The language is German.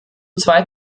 zwei